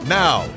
now